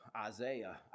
Isaiah